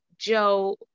Joe